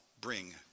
bring